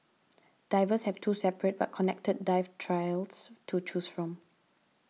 divers have two separate but connected dive trails to choose from